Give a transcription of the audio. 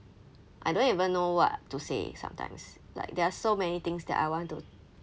I don't even know what to say sometimes like there are so many things that I want to